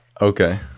Okay